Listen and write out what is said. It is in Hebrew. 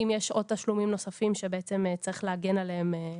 אם יש עוד תשלומים נוספים שבעצם צריך להגן עליהם.